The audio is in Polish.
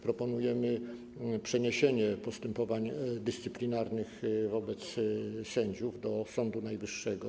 Proponujemy przeniesienie postępowań dyscyplinarnych wobec sędziów do Sądu Najwyższego.